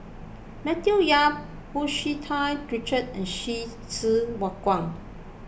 Matthew Yap Hu Tsu Tau Richard and Hsu Tse Kwang